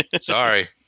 Sorry